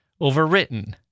overwritten